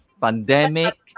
pandemic